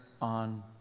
On